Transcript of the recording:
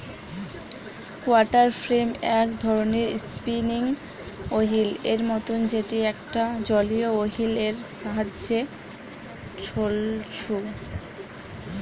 water frame এক ধরণের spinning wheel এর মতন যেটি একটা জলীয় ওহীল এর সাহায্যে ছলছু